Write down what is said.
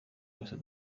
yose